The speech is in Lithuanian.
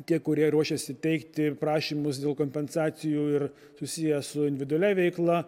tie kurie ruošėsi teikti prašymus dėl kompensacijų ir susiję su individualia veikla